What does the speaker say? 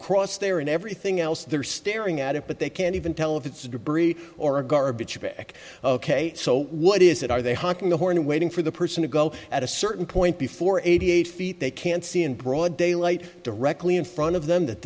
cross there and everything else they're staring at it but they can't even tell if it's debris or a garbage ok so what is it are they honk the horn waiting for the person to go at a certain point before eighty eight feet they can see in broad daylight directly in front of them that